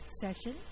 session